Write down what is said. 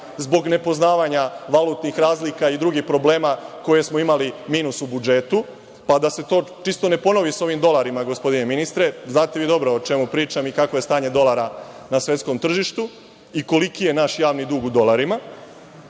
zbog nepoznavanja valutnih razlika i drugih problema koje smo imali, minus u budžetu, pa da se to čisto ne ponovi sa ovim dolarima, gospodine ministre. Znate vi dobro o čemu pričam i kakvo je stanje dolara na svetskom tržištu i koliki je naš javni dug u dolarima.